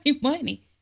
money